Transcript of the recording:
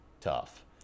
tough